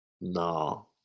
No